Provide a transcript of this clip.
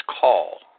call